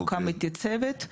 הקמתי צוות,